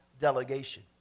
delegation